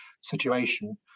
situation